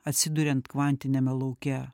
atsiduriant kvantiniame lauke